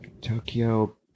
Tokyo